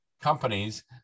companies